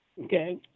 okay